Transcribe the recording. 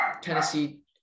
Tennessee